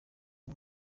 uyu